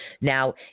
Now